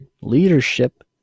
Leadership